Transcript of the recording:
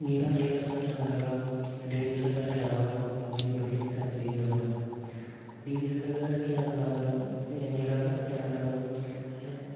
mirrorless ക്യാമറകളും DSLR ക്യാമറകളും ഇന്ന് വിപണിയിൽ സജീവമാണ് ഡിഎസ്എൽആർ ക്യാമറകളും മിറർലെസ്സ് ക്യാമറകളും